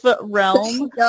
realm